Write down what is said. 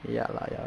ya lah ya